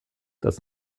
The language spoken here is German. dass